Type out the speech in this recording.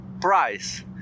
price